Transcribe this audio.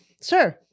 sir